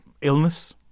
illness